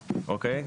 אוקיי?